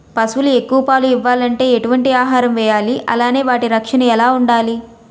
పశువులు ఎక్కువ పాలు ఇవ్వాలంటే ఎటు వంటి ఆహారం వేయాలి అలానే వాటి రక్షణ ఎలా వుండాలి?